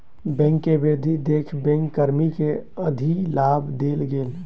bank के वृद्धि देख बैंक कर्मी के अधिलाभ देल गेल